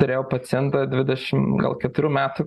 turėjau pacientą dvidešim gal keturių metų